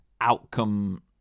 outcome